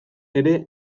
ere